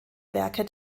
werke